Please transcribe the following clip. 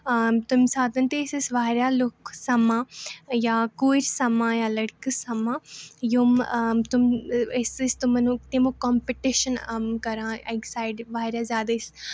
آ تَمہِ ساتہٕ تہِ ٲسۍ أسۍ واریاہ لوٗکھ سَمان یا کوٗرِ سَمان یا لٔڑکہٕ سَمان یِم تِم أسۍ ٲسۍ تِمَن تَمیُک کَمپِٹِشَن کَران اَکہِ سایڈٕ واریاہ زیادٕ أسۍ